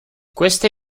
queste